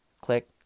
Click